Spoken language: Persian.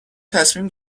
تصمیم